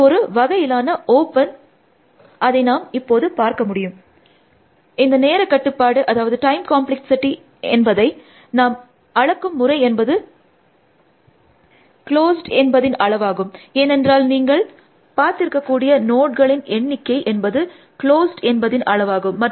இது ஒரு வகையிலான ஓப்பன் அதை நாம் இப்போது பார்க்க முடியும் இந்த நேர கட்டுப்பாடு என்பதை நாம் அளக்கும் முறை என்பது க்ளோஸ்ட் என்பதின் அளவாகும் ஏனென்றால் நீங்கள் பார்த்திருக்கக்கூடிய நோட்களின் எண்ணிக்கை என்பது க்ளோஸ்ட் என்பதின் அளவாகும்